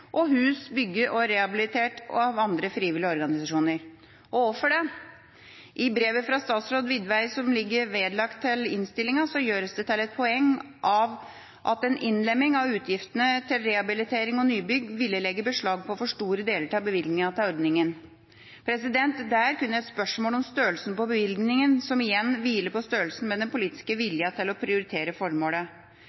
hus som er bygd og rehabilitert av andre frivillige organisasjoner. Og hvorfor det? I brevet fra statsråd Widvey, som ligger vedlagt innstillingen, gjøres det til et poeng at en innlemming av utgiftene til rehabilitering og nybygg ville legge beslag på for store deler av bevilgningen til ordningen. Det er kun et spørsmål om størrelsen på bevilgningen, som igjen hviler på størrelsen på den politiske